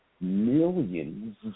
millions